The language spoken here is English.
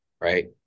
right